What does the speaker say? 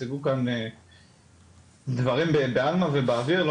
הציגו כאן דברים בעלמה ובאוויר ולא